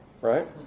Right